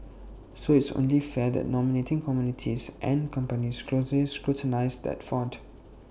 so IT is only fair that nominating committees and companies closely scrutinise that front